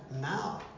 now